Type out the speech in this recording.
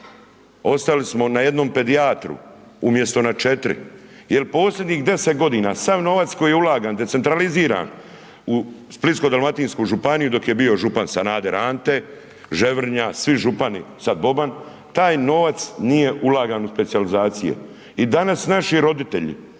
Ostali smo na 1 pedijatru, umjesto na 4, jer posljednjih 10 g. sav novac koji je ulagan, decentraliziran u Splitsko dalmatinsku županiju, dok je bio župan Sanader Ante, Ževrnja, svi župani, sada Boban, taj novac nije ulagan u specijalizacije i danas naši roditelji,